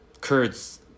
Kurds